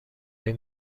این